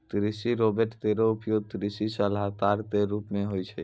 कृषि रोबोट केरो उपयोग कृषि सलाहकार क रूप मे होय छै